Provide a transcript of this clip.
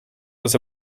was